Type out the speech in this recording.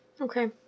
Okay